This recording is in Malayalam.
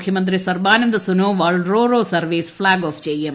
മുഖ്യമന്ത്രി Sarbananda Sonowal ro ro service flag off ചെയ്യും